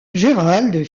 gerald